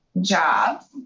jobs